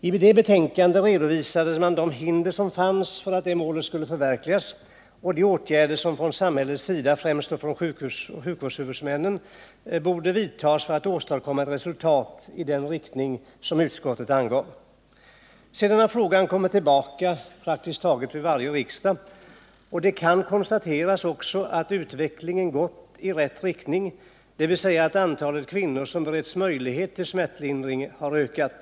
I det betänkandet redovisade man de hinder som fanns för att det målet skulle kunna förverkligas och de åtgärder som från samhällets sida — främst då från sjukvårdshuvudmännens sida — borde vidtas för att åstadkomma resultat i den riktning som utskottet angav. Sedan har frågan kommit tillbaka praktiskt taget under varje riksdag, och det kan också konstateras att utvecklingen gått i rätt riktning, dvs. antalet kvinnor som beretts möjlighet till smärtlindring har ökat.